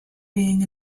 being